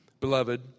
beloved